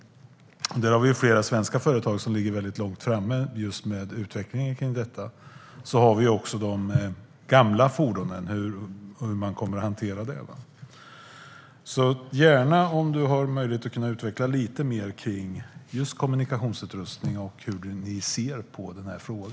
Flera svenska företag ligger långt framme i utvecklingen. Frågan är hur de gamla fordonen ska hanteras. Nina får gärna utveckla hur Liberalerna ser på frågan om kommunikationsutrustning.